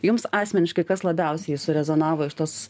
jums asmeniškai kas labiausiai surezonavo iš tos